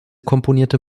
komponierte